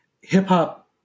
Hip-hop